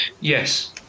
yes